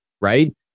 Right